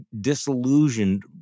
disillusioned